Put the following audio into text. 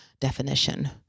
definition